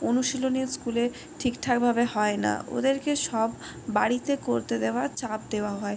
অনুশীলনী স্কুলে ঠিকঠাকভাবে হয় না ওদেরকে সব বাড়িতে করতে দেওয়া চাপ দেওয়া হয়